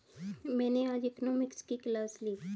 मैंने आज इकोनॉमिक्स की क्लास ली